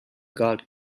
guard